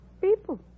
People